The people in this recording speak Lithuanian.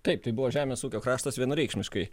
taip tai buvo žemės ūkio kraštas vienareikšmiškai